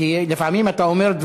אז למה אני לא שומע את עצמי?